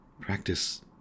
Practice